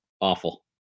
awful